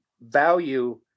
value